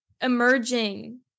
emerging